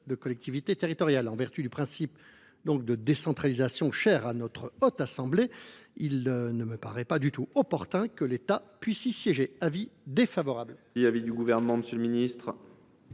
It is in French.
des collectivités territoriales. En vertu du principe de décentralisation cher à notre Haute Assemblée, il ne me paraît pas du tout opportun que l’État puisse y siéger. Quel est l’avis